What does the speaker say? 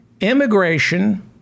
Immigration